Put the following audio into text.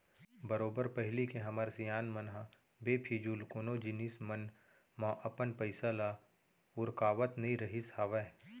बरोबर पहिली के हमर सियान मन ह बेफिजूल कोनो जिनिस मन म अपन पइसा ल उरकावत नइ रहिस हावय